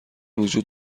وجود